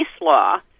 law